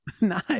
Nice